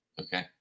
Okay